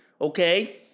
Okay